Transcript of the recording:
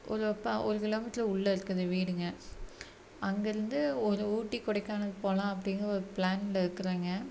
ஒரு ப ஒரு கிலோமீட்டர் உள்ள இருக்குது வீடுங்க அங்கிருந்து ஒரு ஊட்டி கொடைக்கானலுக்கு போகலாம் அப்படிங்கிற ஒரு பிளான்ல இருக்கறோங்க